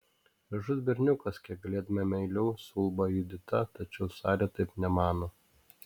gražus berniukas kiek galėdama meiliau suulba judita tačiau sari taip nemano